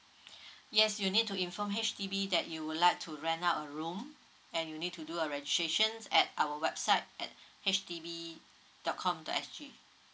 yes you'll need to inform H_D_B that you would like to rent out a room and you need to do a registrations at our website at H D B dot com dot S_G